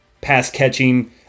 pass-catching